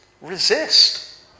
resist